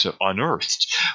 unearthed